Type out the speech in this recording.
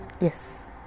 yes